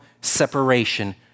separation